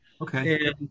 okay